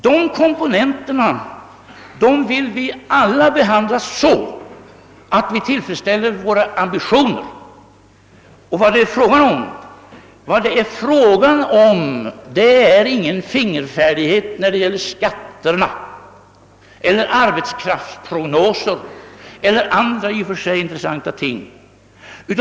"Dessa komponenter vill vi alla behandla så att vi tillfredsställer våra ambitioner. Vad det här är fråga om är inte någon fingerfärdighet när det gäller skat ter, arbetskraftsprognoser eller andra i och för sig intressanta ting.